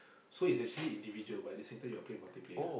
so it's actually individual but at the same time you are playing multiplayer